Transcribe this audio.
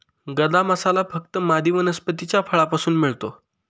गदा मसाला फक्त मादी वनस्पतीच्या फळापासून मिळतो